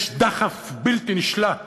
יש דחף בלתי נשלט